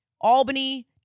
Albany